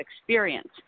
experience